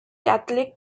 catholic